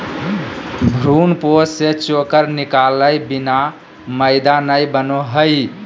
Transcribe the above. भ्रूणपोष से चोकर निकालय बिना मैदा नय बनो हइ